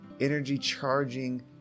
energy-charging